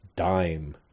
dime